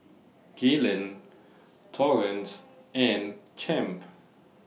Gaylon Torrance and Champ